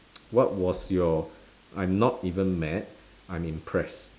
what was your I'm not even mad I'm impressed